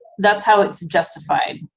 that's how it's justified